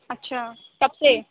اچھا کب سے